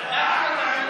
מה קרה?